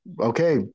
okay